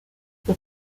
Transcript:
los